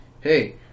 hey